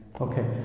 Okay